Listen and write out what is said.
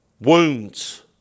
wounds